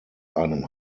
einem